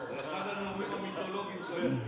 זה אחד הנאומים המיתולוגיים שהיו פה.